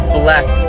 bless